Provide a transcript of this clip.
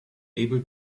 able